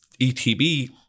ETB